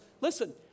Listen